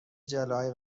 جلای